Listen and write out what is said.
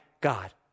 God